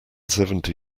seventy